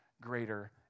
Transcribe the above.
greater